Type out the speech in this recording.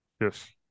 Yes